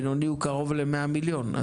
עסק בינוני הוא קרוב ל-100 מיליון ₪.